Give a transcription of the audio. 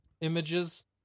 images